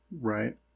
Right